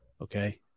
Okay